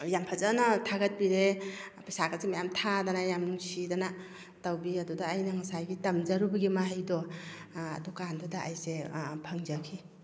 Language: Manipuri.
ꯌꯥꯝ ꯐꯖꯅ ꯊꯥꯒꯠꯄꯤꯔꯦ ꯄꯩꯁꯥꯒꯁꯦ ꯃꯌꯥꯝ ꯊꯥꯗꯅ ꯌꯥꯝ ꯅꯨꯡꯁꯤꯗꯅ ꯇꯧꯕꯤ ꯑꯗꯨꯗꯥ ꯑꯩꯅ ꯉꯁꯥꯏꯒꯤ ꯇꯝꯖꯔꯨꯕꯒꯤ ꯃꯍꯩꯗꯣ ꯑꯗꯨ ꯀꯥꯟꯗꯨꯗ ꯑꯩꯁꯦ ꯐꯪꯖꯈꯤ